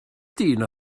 dyn